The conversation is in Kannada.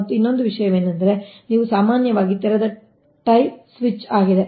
ಮತ್ತು ಇನ್ನೊಂದು ವಿಷಯವೆಂದರೆ ಇದು ನೀವು ಸಾಮಾನ್ಯವಾಗಿ ತೆರೆದ ಟೈ ಸ್ವಿಚ್ ಆಗಿದೆ